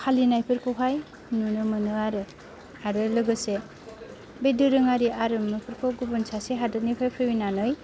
फालिनायफोरखौहाय नुनो मोनो आरो आरो लोगोसे बे दोरोङारि आरिमुफोरखौ गुबुन सासे हादरनिफ्राय फैनानै